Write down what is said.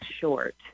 short